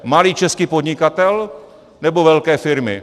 Malý český podnikatel, nebo velké firmy?